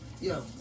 Yo